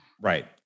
Right